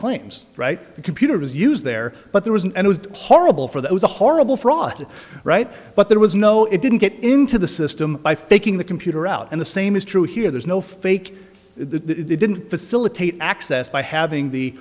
claims right the computer was used there but there was and was horrible for there was a horrible fraud right but there was no it didn't get into the system by faking the computer out and the same is true here there's no fake the they didn't facilitate access by having the